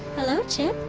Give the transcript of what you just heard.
hello chip.